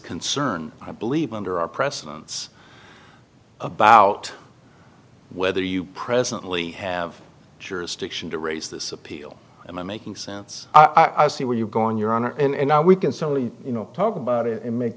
concern i believe under our precedents about whether you presently have jurisdiction to raise this appeal and i'm making sense i see where you're going your honor and now we can certainly you know talk about it and make